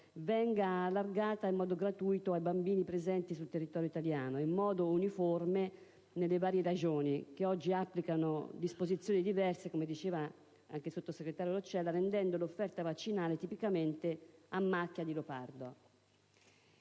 venisse allargata in modo gratuito ai bambini presenti sul territorio italiano ed in modo uniforme nelle varie Regioni, che oggi applicano disposizioni diverse, come diceva anche la sottosegretario Roccella, rendendo l'offerta vaccinale tipicamente a macchia di leopardo.